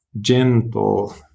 gentle